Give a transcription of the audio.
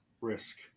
Risk